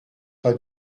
pas